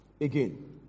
Again